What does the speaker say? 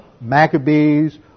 Maccabees